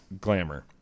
Glamour